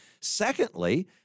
Secondly